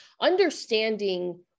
understanding